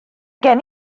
gen